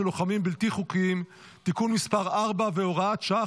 של לוחמים בלתי חוקיים (תיקון מס' 4 והוראת שעה,